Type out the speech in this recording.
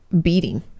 beating